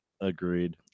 Agreed